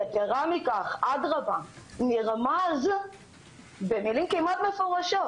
יתרה מכך, נרמז במילים כמעט מפורשות,